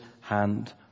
hand